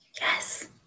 Yes